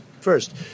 first